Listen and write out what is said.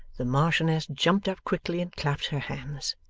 the marchioness jumped up quickly and clapped her hands.